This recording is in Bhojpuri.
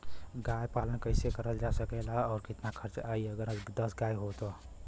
गाय पालन कइसे करल जा सकेला और कितना खर्च आई अगर दस गाय हो त?